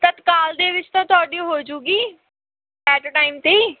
ਤਤਕਾਲ ਦੇ ਵਿੱਚ ਤਾਂ ਤੁਹਾਡੀ ਹੋ ਜੂਗੀ ਐਟ ਆ ਟਾਈਮ 'ਤੇ